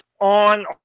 on